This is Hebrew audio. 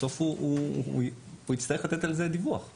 בסוף הוא יצטרך לתת על זה דיווח.